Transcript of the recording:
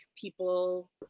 people